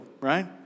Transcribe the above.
right